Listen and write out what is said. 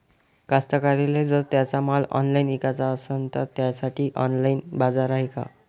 कास्तकाराइले जर त्यांचा माल ऑनलाइन इकाचा असन तर त्यासाठी ऑनलाइन बाजार हाय का?